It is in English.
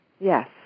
Yes